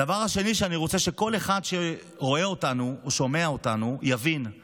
הדבר השני שאני רוצה שכל אחד שרואה אותנו או שומע אותנו יבין הוא